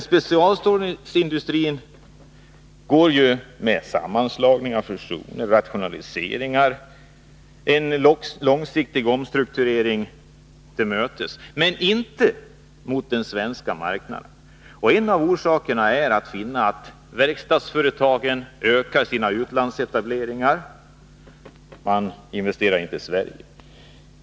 Specialstålsindustrin går ju, med sammanslagningar, fusioner och rationaliseringar, en långsiktig omstrukturering till mötes, men inte mot den svenska marknaden. En av orsakerna till detta är att verkstadsföretagen ökar sina utlandsetableringar. Man investerar inte i Sverige.